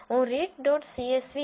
હું read dot સીએસવીread